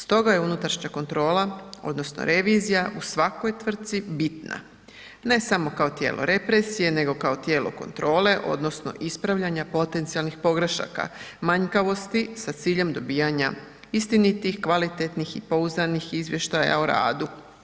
Stoga je unutrašnja kontrola odnosno revizija u svakoj tvrtci bitna ne samo kao tijelo represije nego kao tijelo kontrole odnosno ispravljanja potencijalnih pogrešaka manjkavosti sa ciljem dobivanja istinitih, kvalitetnih i pouzdanih izvještaja o radu.